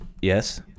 Yes